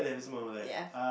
ya